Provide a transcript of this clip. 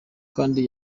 kandi